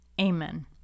Amen